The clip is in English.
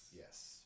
yes